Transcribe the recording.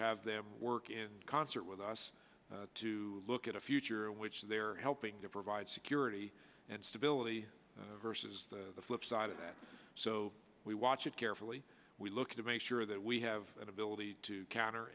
have them work in concert with us to look at a future in which they are helping to provide security and stability versus the flip side of that so we watch it carefully we look to make sure that we have an ability to counter